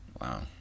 Wow